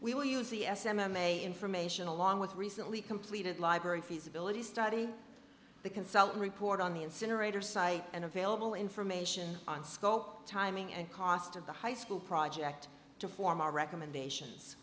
we will use the s m a information along with recently completed library feasibility study the consultant report on the incinerator site and available information on sco timing and cost of the high school project to form our recommendations